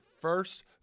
first